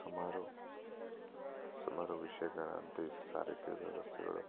ಸುಮಾರು ಸುಮಾರು ವಿಷಯಗಳದ್ ಈ ಸಾರಿಗೆ ವ್ಯವಸ್ಥೆಗಳು